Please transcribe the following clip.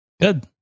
good